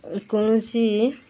କୌଣସି